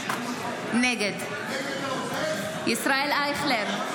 נגד ישראל אייכלר,